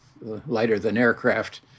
lighter-than-aircraft